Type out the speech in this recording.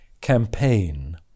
campaign